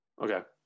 Okay